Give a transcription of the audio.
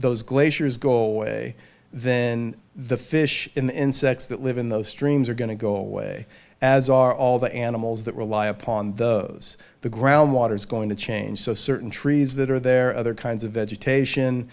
those glaciers go away then the fish insects that live in those streams are going to go away as are all the animals that rely upon the the ground water is going to change so certain trees that are there other kinds of vegetation